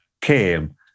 came